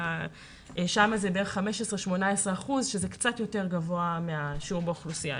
שם זה בערך 15% - 18% וזה קצת יותר גבוה מהשיעור באוכלוסייה.